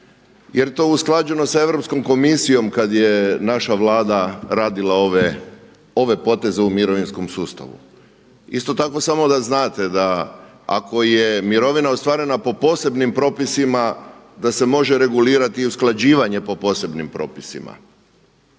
jer je to usklađeno sa Europskom komisijom kad je naša Vlada radila ove poteze u mirovinskom sustavu. Isto tako, samo da znate da ako je mirovina ostvarena po posebnim propisima da se može regulirati i usklađivanje po posebnim propisima.